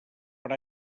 per